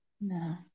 no